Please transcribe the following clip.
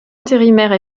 intérimaire